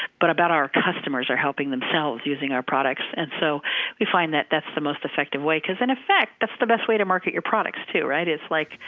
but about our customers are helping themselves using our products. and so we find that that's the most effective way. in effect, that's the best way to market your products too, right? it's like,